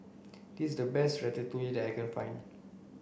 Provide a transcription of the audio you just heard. this is the best Ratatouille that I can find